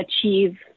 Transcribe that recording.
achieve